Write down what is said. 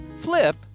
Flip